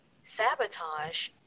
sabotage